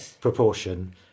proportion